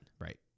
Right